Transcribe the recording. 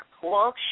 cool